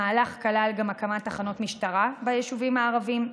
המהלך כלל גם הקמת תחנות משטרה ביישובים הערביים,